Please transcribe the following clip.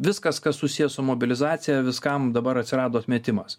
viskas kas susiję su mobilizacija viskam dabar atsirado atmetimas